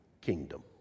kingdom